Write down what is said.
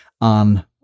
on